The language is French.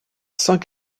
cinq